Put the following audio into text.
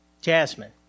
Jasmine